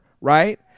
right